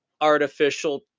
artificial